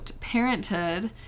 parenthood